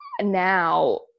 now